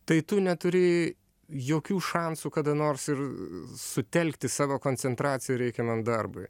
tai tu neturi jokių šansų kada nors ir sutelkti savo koncentraciją reikiamam darbui